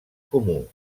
comú